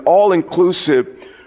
all-inclusive